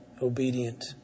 obedient